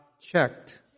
checked